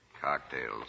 Cocktails